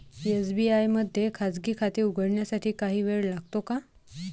SBI मध्ये खाजगी खाते उघडण्यासाठी काही वेळ लागतो का?